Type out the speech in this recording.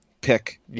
Pick